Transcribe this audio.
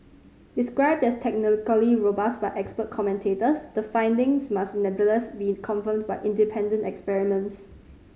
described as technically robust by expert commentators the findings must nevertheless be confirmed by independent experiments